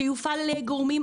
שיופעל על ידי גורמים מקצועיים.